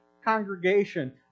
congregation